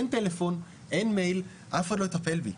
אין טלפון, אין מייל, אך אחד לא יטפל בי.